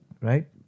right